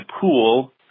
pool